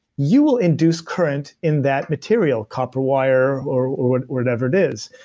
you will induce current in that material. copper wire or whatever it is.